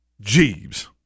Jeeves